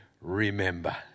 remember